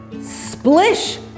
Splish